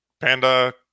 panda